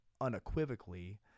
unequivocally